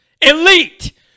Elite